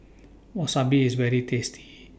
Wasabi IS very tasty